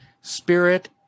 spirit